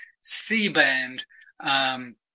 C-band